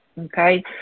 okay